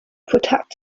protect